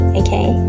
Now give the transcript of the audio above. okay